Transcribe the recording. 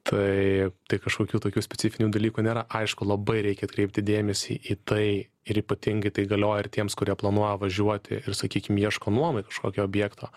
tai tai kažkokių tokių specifinių dalykų nėra aišku labai reikia atkreipti dėmesį į tai ir ypatingai tai galioja ir tiems kurie planuoja važiuoti ir sakykim ieško nuomai kažkokio objekto